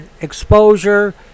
exposure